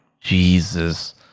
Jesus